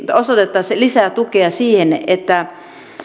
osoitettaisiin lisää tukea siihen että